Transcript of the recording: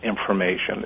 information